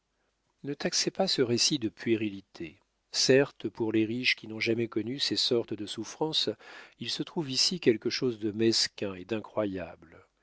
ne taxez pas ce récit de puérilité certes pour les riches qui n'ont jamais connu ces sortes de souffrances il se trouve ici quelque chose de mesquin et d'incroyable